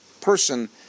person